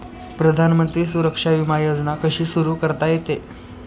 प्रधानमंत्री सुरक्षा विमा योजना कशी सुरू करता येते?